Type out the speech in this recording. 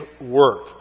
work